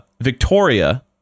Victoria